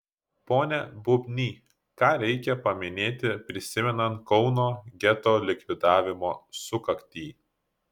pone bubny ką reikia paminėti prisimenant kauno geto likvidavimo sukaktį